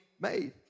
made